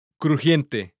crujiente